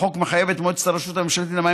החוק מחייב את מועצת הרשות הממשלתית למים